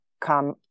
come